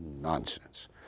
nonsense